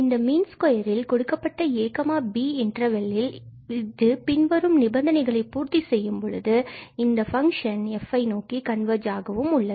இந்த மீன் ஸ்கொயரில் கொடுக்கப்பட்ட ab ல் இந்த பின்வரும் நிபந்தனைகளை பூர்த்தி செய்யும்பொழுது இந்த ஃபங்சன் f ஐ நோக்கி கண்வர்ஜாகவும் உள்ளது